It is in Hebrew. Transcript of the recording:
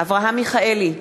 אברהם מיכאלי,